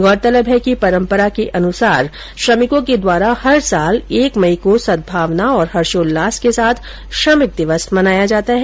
गौरतलब है कि परम्परा के अनुसार श्रमिकों के द्वारा हर साल एक मई को सद्भावना और हर्षोल्लास के साथ श्रमिक दिवस मनाया जाता है